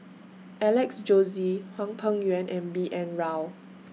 Alex Josey Hwang Peng Yuan and B N Rao